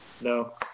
no